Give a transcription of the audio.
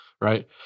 right